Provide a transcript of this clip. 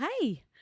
hey